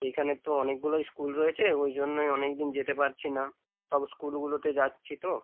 এইখানে তো অনেকগুলোই স্কুল রয়েছে ওই জন্যই অনেক দিন যেতে পারছি না সব স্কুলগুলোতে যাচ্ছি তো